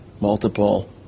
multiple